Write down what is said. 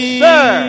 sir